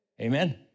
amen